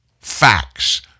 Facts